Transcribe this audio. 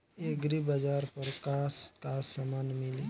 एग्रीबाजार पर का का समान मिली?